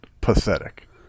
pathetic